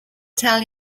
tell